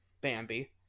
Bambi